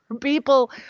people